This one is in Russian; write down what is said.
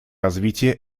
развитие